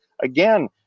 again